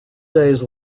days